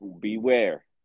Beware